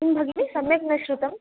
किं भगिनी सम्यक् न श्रुतं